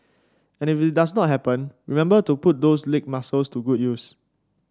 and if it does not happen remember to put those leg muscles to good use